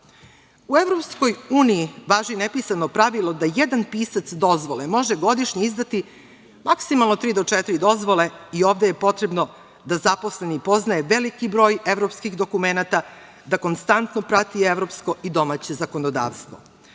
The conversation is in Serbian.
kadrova.U EU važi nepisano pravilo da jedan pisac dozvole može godišnje izdati maksimalno tri do četiri dozvole. Ovde je potrebno da zaposleni poznaje veliki broj evropskih dokumenata, da konstantno prati evropsko i domaće zakonodavstvo.